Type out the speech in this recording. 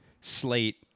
slate